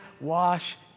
wash